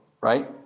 right